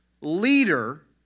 leader